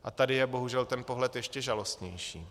A tady je bohužel ten pohled ještě žalostnější.